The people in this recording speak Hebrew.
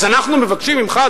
אז אנחנו מבקשים ממך,